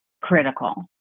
critical